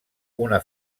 una